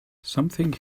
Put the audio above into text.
something